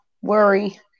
worry